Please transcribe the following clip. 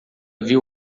viu